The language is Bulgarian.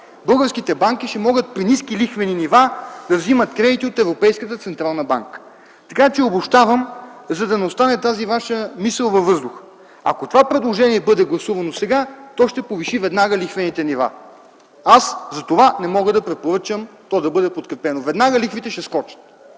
българските банки ще могат при ниски лихвени нива да взимат кредити от Европейската централна банка. Така че обобщавам, за да не остане тази Ваша мисъл във въздуха – ако това Ваше предложение бъде гласувано сега, то веднага ще повиши лихвените нива. Затова не мога да препоръчам то да бъде подкрепено. Веднага лихвите ще скочат.